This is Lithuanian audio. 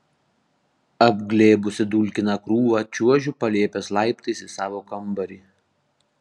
apglėbusi dulkiną krūvą čiuožiu palėpės laiptais į savo kambarį